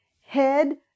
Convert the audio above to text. head